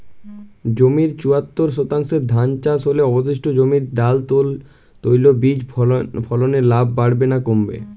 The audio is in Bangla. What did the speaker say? জমির চুয়াত্তর শতাংশে ধান চাষ হলে অবশিষ্ট জমিতে ডাল তৈল বীজ ফলনে লাভ বাড়বে না কমবে?